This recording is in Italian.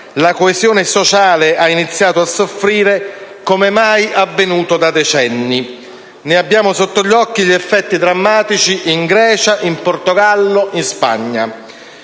la coesione sociale ha iniziato a soffrire come mai avvenuto da decenni. Ne abbiamo sotto gli occhi gli effetti drammatici in Grecia, in Portogallo, in Spagna.